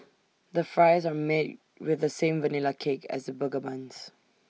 the fries are made with the same Vanilla cake as the burger buns